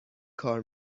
کار